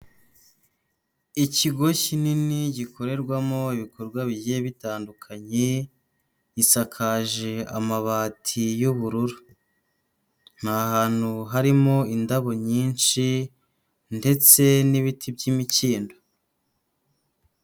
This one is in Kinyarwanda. Ikigo kinini gikorerwamo ibikorwa bigiye bitandukanye, gisakaje amabati y'ubururu. Ni ahantu harimo indabo nyinshi ndetse n'ibiti by'imikindo.